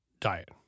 diet